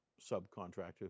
subcontractor